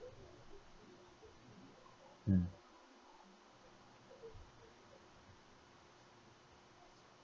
mm